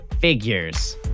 figures